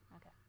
Okay